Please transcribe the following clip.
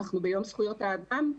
אנחנו ביום זכויות האדם,